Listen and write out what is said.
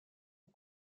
aux